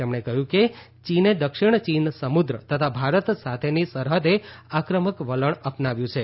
તેમણે કહ્યું કે ચીને દક્ષિણ ચીન સમુદ્ર તથા ભારત સાથેની સરહૃદે આક્રમક વલણ અપનાવ્યું છે